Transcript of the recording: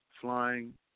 flying